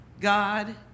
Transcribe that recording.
God